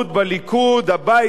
הבית בקדימה,